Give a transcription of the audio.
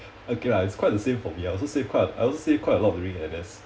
okay lah it's quite the same for me I also save quite I also save quite a lot during N_S